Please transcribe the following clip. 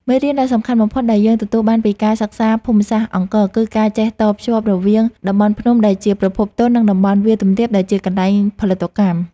មេរៀនដ៏សំខាន់បំផុតដែលយើងទទួលបានពីការសិក្សាភូមិសាស្ត្រអង្គរ គឺការចេះតភ្ជាប់រវាង តំបន់ភ្នំដែលជាប្រភពទុន និង តំបន់វាលទំនាបដែលជាកន្លែងផលិតកម្ម។